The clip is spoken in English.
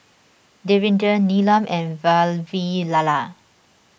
Davinder Neelam and Vavilala